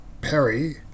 Perry